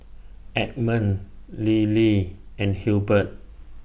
Edmund Lillie and Hilbert